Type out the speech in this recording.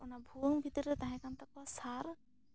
ᱚᱱᱟ ᱵᱷᱩᱭᱟᱹᱝ ᱵᱷᱤᱛᱨᱤ ᱨᱮ ᱛᱟᱦᱮᱸ ᱠᱟᱱ ᱛᱟᱠᱚᱣᱟ ᱥᱟᱨ